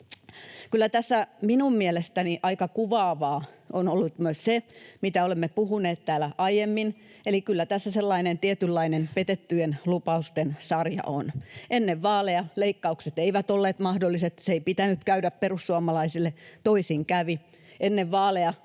Kyllä tässä minun mielestäni aika kuvaavaa on ollut myös se, mitä olemme puhuneet täällä aiemmin, että kyllä tässä sellainen tietynlainen petettyjen lupausten sarja on. Ennen vaaleja leikkaukset eivät olleet mahdolliset, niiden ei pitänyt käydä perussuomalaisille. Toisin kävi. Ennen vaaleja